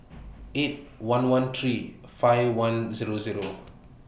eight one one three five one Zero Zero